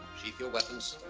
sheathe your weapons.